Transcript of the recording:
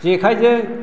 जेखाइजों